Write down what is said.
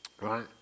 Right